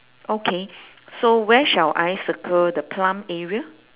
okay so where shall I circle the plum area